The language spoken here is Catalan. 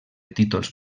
títols